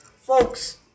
folks